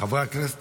חברי הכנסת,